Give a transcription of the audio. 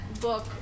book